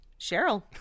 Cheryl